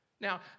Now